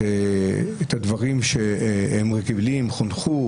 את הדברים עליהם הוא חונך,